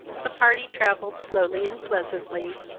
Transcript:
the party travelled slowly and pleasantly,